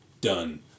done